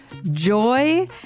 Joy